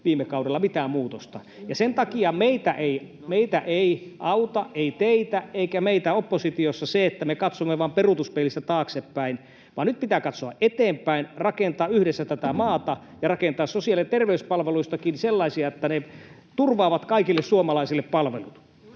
viime kaudella mitään muutosta. Sen takia ei auta, ei teitä eikä meitä oppositiossa, se, että me katsomme vain peruutuspeilistä taaksepäin, vaan nyt pitää katsoa eteenpäin, rakentaa yhdessä tätä maata ja rakentaa sosiaali- ja terveyspalveluistakin sellaisia, että ne turvaavat kaikille suomalaisille palvelut.